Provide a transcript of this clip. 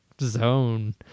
zone